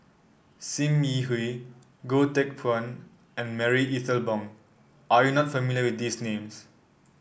Sim Yi Hui Goh Teck Phuan and Marie Ethel Bong are you not familiar with these names